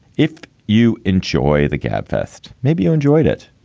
if you enjoy the gabfest, maybe you enjoyed it.